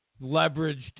leveraged